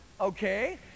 Okay